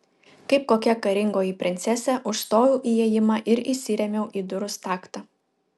kaip kokia karingoji princesė užstojau įėjimą ir įsirėmiau į durų staktą